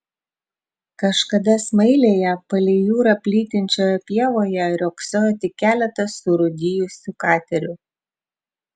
kažkada smailėje palei jūrą plytinčioje pievoje riogsojo tik keletas surūdijusių katerių